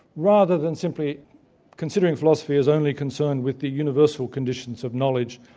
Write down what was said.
rather than simply considering philosophy as only concerned with the universal conditions of knowledge,